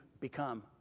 become